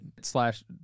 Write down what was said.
slash